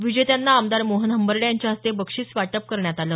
विजेत्यांना आमदार मोहन हंबर्डे यांच्या हस्ते बक्षिस वितरण करण्यात आलं